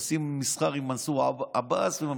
עושים מסחר עם מנסור עבאס וממשיכים.